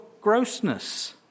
grossness